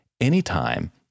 anytime